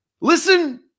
listen